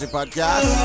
Podcast